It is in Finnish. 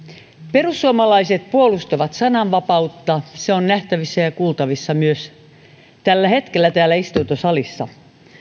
perussuomalaiset puolustavat sananvapautta se on nähtävissä ja kuultavissa myös tällä hetkellä täällä istuntosalissa